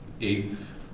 eighth